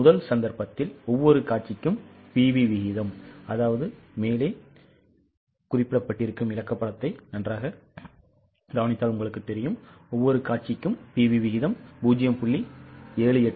முதல் சந்தர்ப்பத்தில் ஒவ்வொரு காட்சிக்கும் PV விகிதம் 0